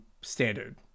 standard